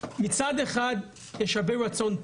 יש להם ספרים,